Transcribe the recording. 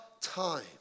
time